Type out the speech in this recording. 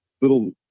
little